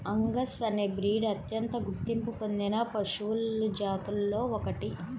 Angus అనే breed అత్యంత గుర్తింపు పొందిన పశువుల జాతులలో ఒకటి